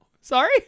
Sorry